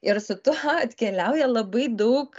ir su tuo atkeliauja labai daug